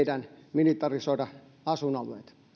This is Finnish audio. militarisoida asuinalueet